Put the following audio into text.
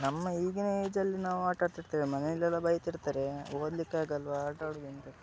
ನಮ್ಮ ಈಗಿನ ಏಜಲ್ಲಿ ನಾವು ಆಟ ಆಡ್ತಿರ್ತೇವೆ ಮನೆಯಲ್ಲೆಲ್ಲ ಬೈತಿರ್ತಾರೆ ಓದ್ಲಿಕ್ಕೆ ಆಗಲ್ವಾ ಆಟಾಡುದು ಎಂಥಕ್ಕೆ